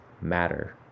matter